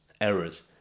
errors